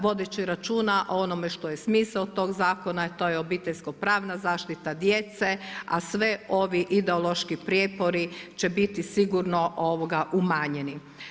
Vodeći računa o onome što je smisao tog zakona, to je obiteljsko-pravna zaštita djece a sve ovi ideološki prijepori će biti sigurno umanjeni.